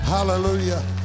Hallelujah